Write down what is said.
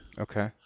Okay